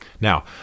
Now